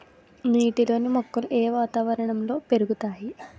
నీటిలోని మొక్కలు ఏ వాతావరణంలో పెరుగుతాయి?